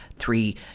three